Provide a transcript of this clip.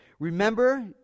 Remember